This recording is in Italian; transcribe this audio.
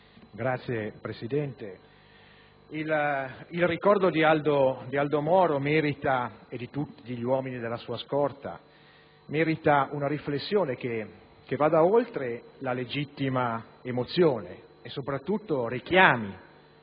Signor Presidente, il ricordo di Aldo Moro e di tutti gli uomini della sua scorta merita una riflessione che vada oltre la legittima emozione e, soprattutto, richiami